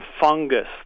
fungus